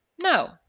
No